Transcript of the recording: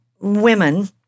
women